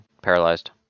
paralyzed